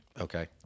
Okay